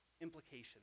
implication